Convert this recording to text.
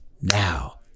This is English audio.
now